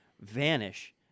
vanish